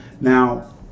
Now